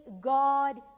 God